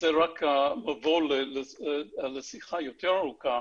זה רק המבוא לשיחה יותר ארוכה.